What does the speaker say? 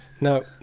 No